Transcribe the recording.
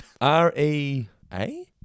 R-E-A